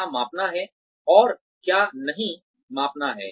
क्या मापना है और क्या नहीं मापना है